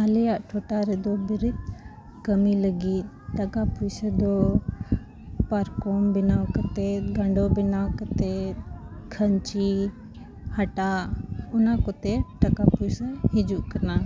ᱟᱞᱮᱭᱟᱜ ᱴᱚᱴᱷᱟ ᱨᱮᱫᱚ ᱵᱤᱨᱤᱫ ᱠᱟᱹᱢᱤ ᱞᱟᱹᱜᱤᱫ ᱴᱟᱠᱟ ᱯᱚᱭᱥᱟ ᱫᱚ ᱯᱟᱨᱠᱚᱢ ᱵᱮᱱᱟᱣ ᱠᱟᱛᱮᱫ ᱜᱟᱰᱚ ᱵᱮᱱᱟᱣ ᱠᱟᱛᱮᱫ ᱠᱷᱟᱹᱧᱪᱤ ᱦᱟᱴᱟᱜ ᱚᱱᱟ ᱠᱚᱛᱮ ᱴᱟᱠᱟ ᱯᱚᱭᱥᱟ ᱦᱤᱡᱩᱜ ᱠᱟᱱᱟ